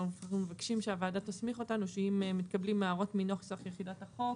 אנחנו מבקשים שהוועדה תסמיך אותנו שאם מתקבלים הערות מנוסח יחידת החוק,